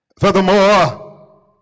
furthermore